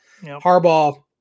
Harbaugh